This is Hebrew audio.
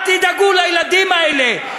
אל תדאגו לילדים האלה,